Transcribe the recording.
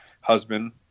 husband